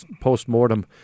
post-mortem